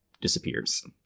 disappears